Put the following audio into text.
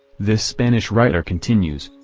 this spanish writer continues,